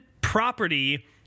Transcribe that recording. property